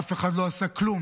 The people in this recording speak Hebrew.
אבל אף אחד לא עשה כלום